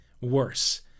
worse